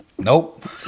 Nope